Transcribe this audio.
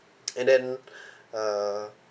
and then uh